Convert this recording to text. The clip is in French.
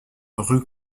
rue